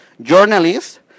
journalists